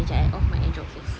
eh jap I off my AirDrop first